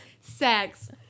sex